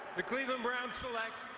the cleveland browns select,